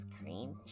cream